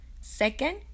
second